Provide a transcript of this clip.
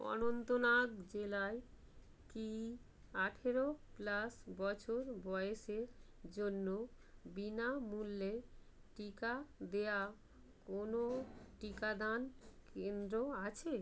অনন্তনাগ জেলায় কি আঠারো প্লাস বছর বয়েসের জন্য বিনামূল্যে টিকা দেওয়া কোনো টিকাদান কেন্দ্র আছে